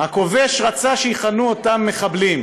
הכובש רצה שיכנו אותם מחבלים,